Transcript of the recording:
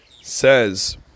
says